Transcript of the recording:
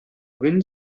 wind